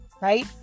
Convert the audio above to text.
right